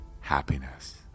happiness